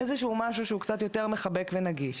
אני ממליצה על משהו שהוא קצת יותר מחבק ונגיש.